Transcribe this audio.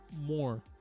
more